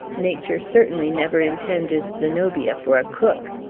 nature certainly never intended zenobia for a cook.